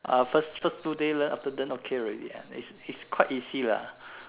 uh first first two day learn after that okay already is is quite easy lah